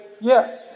yes